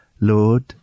Lord